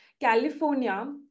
California